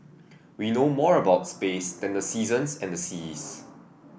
we know more about space than the seasons and the seas